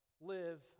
live